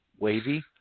Wavy